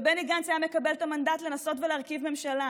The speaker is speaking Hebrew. ובני גנץ היה מקבל את המנדט לנסות ולהרכיב ממשלה.